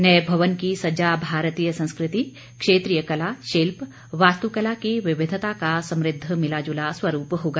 नए भवन की सज्जा भारतीय संस्कृति क्षेत्रीय कला शिल्प वास्तुकला की विविधता का समृद्ध मिलाजुला स्वरूप होगा